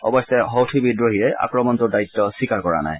অৱশ্যে হউথি বিদ্ৰোহীয়ে আক্ৰমণটোৰ দায়িত্ব স্বীকাৰ কৰা নাই